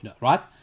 Right